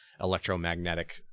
electromagnetic